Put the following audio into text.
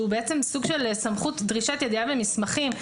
בעצם סוג של סמכות דרישת ידיעה ממסמכים,